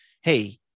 hey